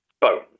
bones